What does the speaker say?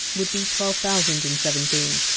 would be twelve thousand and seventeen.